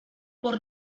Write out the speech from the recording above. por